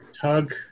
Tug